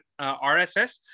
RSS